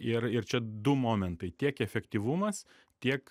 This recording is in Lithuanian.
ir ir čia du momentai tiek efektyvumas tiek